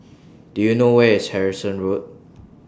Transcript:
Do YOU know Where IS Harrison Road